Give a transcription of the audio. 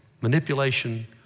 Manipulation